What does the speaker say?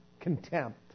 Contempt